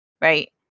right